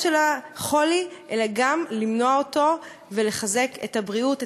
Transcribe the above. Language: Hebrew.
של החולי אלא גם למנוע אותו ולחזק את הבריאות,